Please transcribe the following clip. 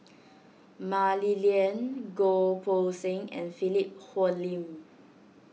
Mah Li Lian Goh Poh Seng and Philip Hoalim